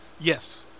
Yes